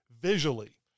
visually